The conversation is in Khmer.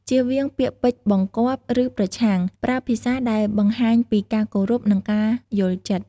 ជៀសវាងពាក្យពេចន៍បង្គាប់ ឬប្រឆាំង ប្រើភាសាដែលបង្ហាញពីការគោរព និងការយល់ចិត្ត។